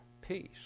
peace